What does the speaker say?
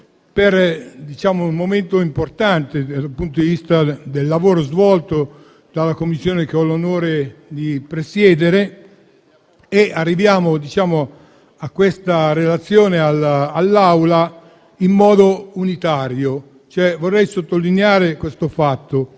un momento importante dal punto di vista del lavoro svolto dalla Commissione che ho l'onore di presiedere. Arriviamo a questa relazione all'Assemblea in modo unitario: vorrei infatti sottolineare che la